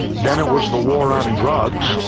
then it was the war on drugs.